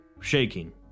shaking